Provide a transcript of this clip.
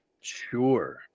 Sure